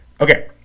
Okay